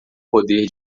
poder